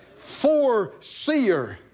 foreseer